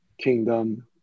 kingdom